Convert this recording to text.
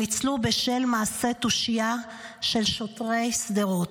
הם ניצלו בשל מעשה תושייה של שוטרי שדרות.